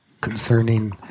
Concerning